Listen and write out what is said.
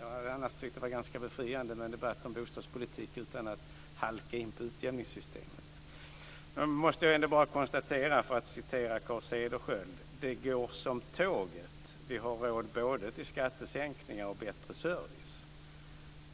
Jag hade annars tyckt att det hade varit ganska befriande med en debatt om bostadspolitiken utan att man halkar in på utjämningssystemet. Jag måste bara konstatera, för att referera Carl Cederschiöld, att det går som tåget, vi har råd med både skattesänkningar och bättre service.